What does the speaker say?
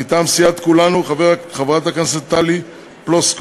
מטעם סיעת כולנו, חברת הכנסת טלי פלוסקוב,